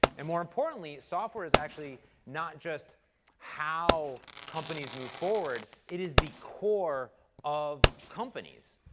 and more importantly, software is actually not just how companies move forward, it is the core of companies.